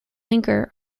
linker